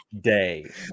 day